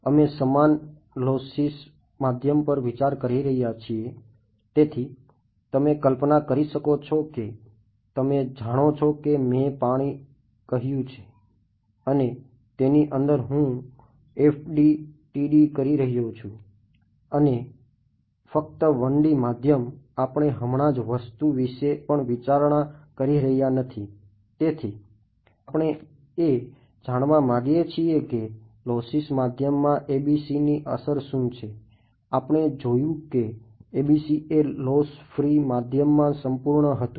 અમે સમાન માધ્યમાં સંપૂર્ણ હતું